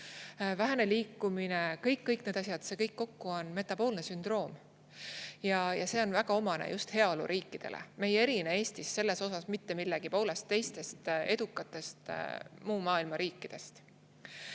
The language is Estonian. vähene liikumine – kõik need asjad. See kõik kokku on metaboolne sündroom. Ja see on väga omane just heaoluriikidele. Me ei erine Eestis selles osas mitte millegi poolest teistest edukatest muu maailma riikidest.